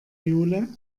jule